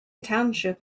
township